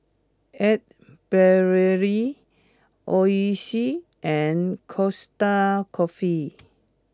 Ace Brainery Oishi and Costa Coffee